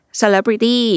celebrity